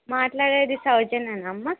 మాట్లాడేది సౌజన్యనా అమ్మ